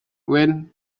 went